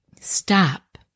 Stop